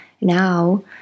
now